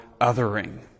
othering